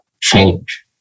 change